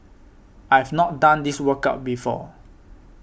I've not done this workout before